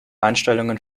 einstellungen